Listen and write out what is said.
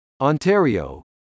Ontario